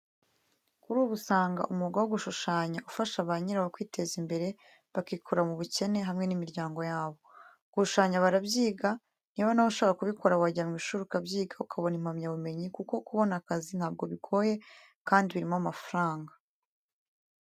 Kuri ubu usanga umwuga wo gushushanya ufasha ba nyirawo kwiteza imbere bakikura mu bukene hamwe n'imiryango yabo. Gushushanya barabyiga, niba nawe ushaka kubikora wajya mu ishuri ukabyiga ukabona impamyabumenyi kuko kubona akazi ntabwo bigoye kandi birimo amafaranga.